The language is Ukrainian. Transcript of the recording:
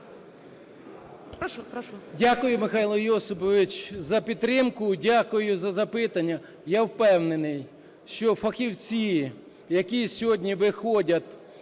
Дякую, Михайло Йосипович, за підтримку. Дякую за запитання. Я впевнений, що фахівці, які сьогодні виходять